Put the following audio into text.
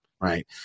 Right